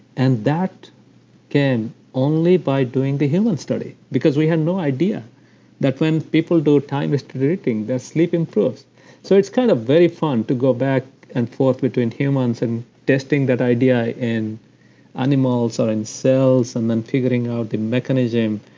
and that came only by doing the human study, because we had no idea that when people do time-restricting, their sleep improves so it's kind of very fun to go back and forth between humans and testing that idea in animals or in cells, and then figuring out the mechanism,